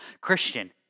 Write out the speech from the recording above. Christian